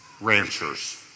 ranchers